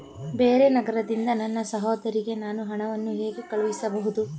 ಬೇರೆ ನಗರದಿಂದ ನನ್ನ ಸಹೋದರಿಗೆ ನಾನು ಹಣವನ್ನು ಹೇಗೆ ಕಳುಹಿಸಬಹುದು?